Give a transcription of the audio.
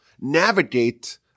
navigate